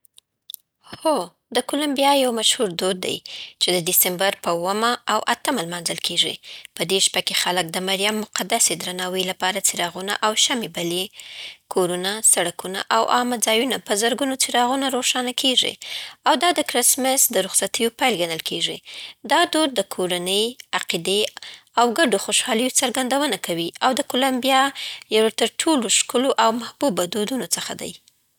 هو، د کولمبیا یو مشهور دود دی، چې د ډېسمبر په اوومه او اتمه لمانځل کېږي. په دې شپه کې خلک د مريم مقدسې درناوي لپاره څراغونه او شمعې بلي. کورونه، سړکونه، او عامه ځایونه په زرګونو څراغونو روښانه کېږي، او دا د کرسمس د رخصتیو پیل ګڼل کېږي. دا دود د کورنۍ، عقیدې، او ګډو خوشحاليو څرګندونه کوي، او د کولمبیا یو له تر ټولو ښکلو او محبوبو دودونو څخه دی.